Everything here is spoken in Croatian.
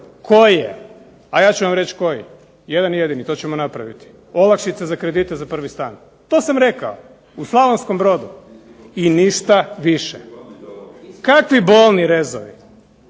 koji je, a ja ću vam reći koji, jedan jedini, to ćemo napraviti. Olakšice za kredite za prvi stan. To sam rekao. U Slavonskom Brodu i ništa više. Kakvi bolni rezovi.